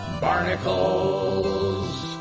Barnacles